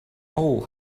hole